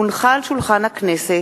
כי הונחו היום על שולחן הכנסת,